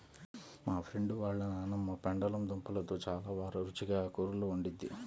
మా ఫ్రెండు వాళ్ళ నాన్నమ్మ పెండలం దుంపలతో చాలా రుచిగా కూరలు వండిద్ది